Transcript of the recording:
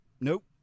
nope